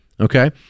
Okay